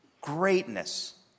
greatness